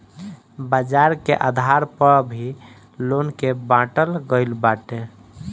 बाजार के आधार पअ भी लोन के बाटल गईल बाटे